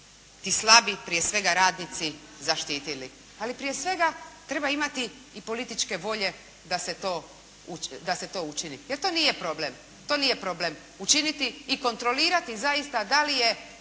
i slabi prije svega radnici zaštitili. Ali prije svega treba imati i političke volje da se to učini, jer to nije problem. To nije problem učiniti i kontrolirati zaista da li je